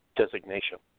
designation